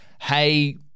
hey